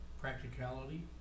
practicality